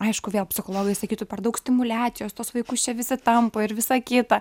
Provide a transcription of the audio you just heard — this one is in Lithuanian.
aišku vėl psichologai sakytų per daug stimuliacijos tuos vaikus čia visi tampo ir visa kita